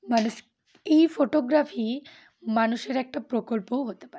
মানুষ এই ফটোগ্রাফি মানুষের একটা প্রকল্পও হতে পারে